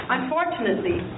Unfortunately